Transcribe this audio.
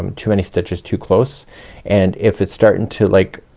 um too many stitches to close and if it's starting to like